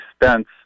expense